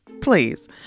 please